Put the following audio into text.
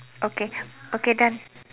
okay okay then